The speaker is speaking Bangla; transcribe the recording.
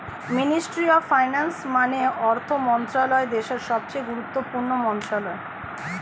মিনিস্ট্রি অফ ফাইন্যান্স মানে অর্থ মন্ত্রণালয় দেশের সবচেয়ে গুরুত্বপূর্ণ মন্ত্রণালয়